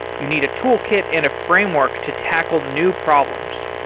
you need a toolkit and a framework to tackle new problems.